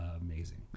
amazing